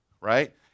right